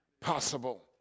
possible